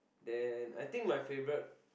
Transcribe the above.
then I think my favourite